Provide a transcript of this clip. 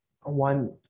one